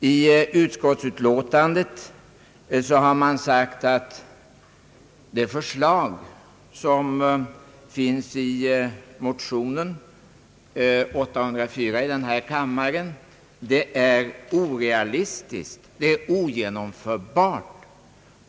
I utskottsutlåtandet har det sagts att förslaget i motionen I: 804 är orealistiskt och ogenomförbart.